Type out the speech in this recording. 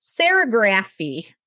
serigraphy